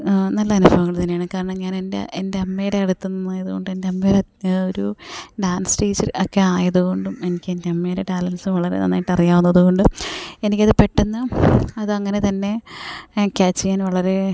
നല്ല അനുഭവങ്ങൾ തന്നെയാണ് കാരണം ഞാനെൻ്റെ എൻ്റെ അമ്മയുടെ അടുത്തു നിന്നായതു കൊണ്ട് ഒരു ഡാൻസ് ടീച്ചർ ഒക്കെ ആയതു കൊണ്ടും എനിക്കെൻ്റമ്മയുടെ ടാലൻറ്റ്സ് വളരെ നന്നായിട്ടറിയാവുന്നത് കൊണ്ടും എനിക്കത് പെട്ടെന്ന് അതങ്ങനെ തന്നെ ക്യാച്ച് ചെയ്യാൻ വളരേ